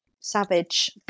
savage